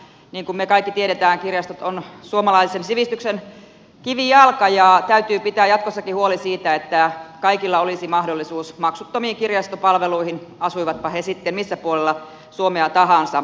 niin kuin me kaikki tiedämme kirjastot ovat suomalaisen sivistyksen kivijalka ja täytyy pitää jatkossakin huoli siitä että kaikilla olisi mahdollisuus maksuttomiin kirjastopalveluihin asuivatpa he missä päin suomea tahansa